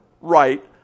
right